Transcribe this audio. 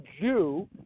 Jew